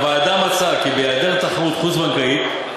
הוועדה מצאה כי בהיעדר תחרות חוץ-בנקאית,